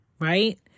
right